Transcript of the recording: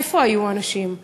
איפה היו האנשים?